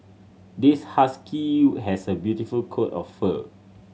this husky has a beautiful coat of fur